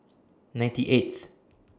ninety eighth